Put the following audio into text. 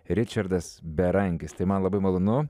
ričardas berankis tai man labai malonu